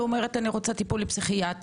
אומרת: אני רוצה טיפול פסיכיאטרי.